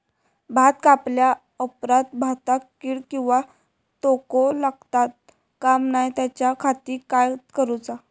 भात कापल्या ऑप्रात भाताक कीड किंवा तोको लगता काम नाय त्याच्या खाती काय करुचा?